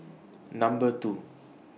Number two